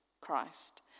Christ